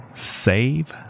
Save